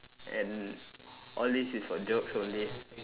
and all these is for jokes only